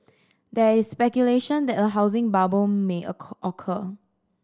there is speculation that a housing bubble may occur